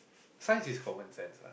science is common sense lah